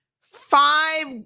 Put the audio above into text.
five